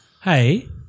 hey